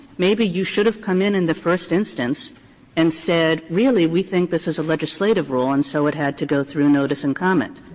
maybe you should have come in in the first instance and said, really, we think this is a legislative rule and so it had to go through notice and comment.